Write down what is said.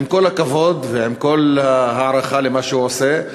עם כל הכבוד ועם כל ההערכה למה שהוא עושה,